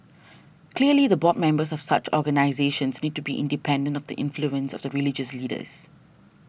clearly the board members of such organisations need to be independent of the influence of the religious leaders